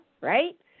right